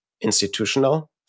institutional